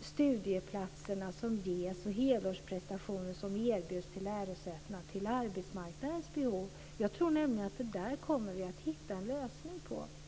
studieplatser som ges och helårsprestationer som erbjuds lärosätena till arbetsmarknadens behov. Jag tror nämligen att vi kommer att hitta en lösning på detta.